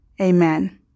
amen